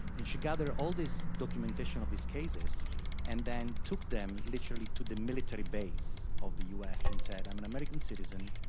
and she gathered all this documentation of these cases and then took them literally to the military base of the u s. and said, i'm an american citizen.